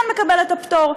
כן מקבל את הפטור.